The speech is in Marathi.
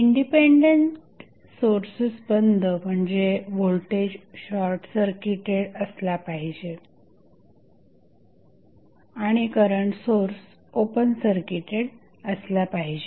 इंडिपेंडन्स सोर्सेस बंद म्हणजे व्होल्टेज सोर्स शॉर्टसर्किटेड असला पाहिजे आणि करंट सोर्स ओपन सर्किटेड असला पाहिजे